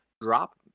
Drop